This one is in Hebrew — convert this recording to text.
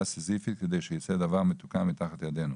סיזיפית כדי שיצא דבר מתוקן מתחת ידינו.